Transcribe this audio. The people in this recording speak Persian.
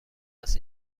است